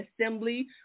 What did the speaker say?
Assembly